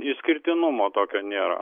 išskirtinumo tokio nėra